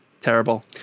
terrible